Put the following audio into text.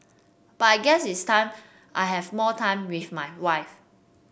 but I guess it's time I have more time with my wife